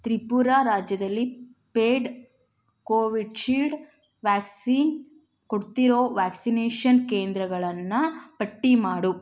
ತ್ರಿಪುರ ರಾಜ್ಯದಲ್ಲಿ paid Covishield vaccine ಕೊಡ್ತಿರೋ vaccination ಕೇಂದ್ರಗಳನ್ನು ಪಟ್ಟಿ ಮಾಡು